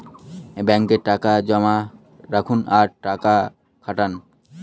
ব্যাঙ্কে টাকা জমা রাখুন আর টাকা খাটান